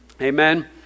Amen